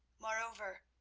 moreover,